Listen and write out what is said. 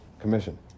commission